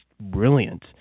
brilliant